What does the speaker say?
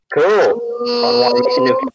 Cool